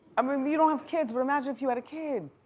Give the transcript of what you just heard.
um ah mean you don't have kids but imagine if you had a kid.